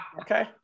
Okay